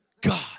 God